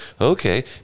okay